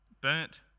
burnt